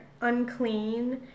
unclean